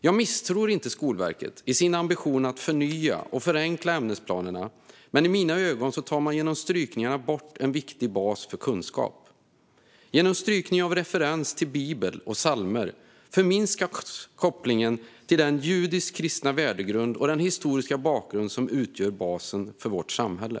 Jag misstror inte Skolverket och dess ambition att förnya och förenkla ämnesplanerna, men i mina ögon tar man genom strykningarna bort en viktig bas för kunskap. Genom strykning av referens till Bibeln och psalmer förminskas kopplingen till den judisk-kristna värdegrund och den historiska bakgrund som utgör basen för vårt samhälle.